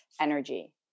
energy